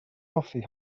hoffi